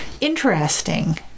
interesting